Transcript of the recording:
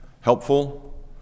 helpful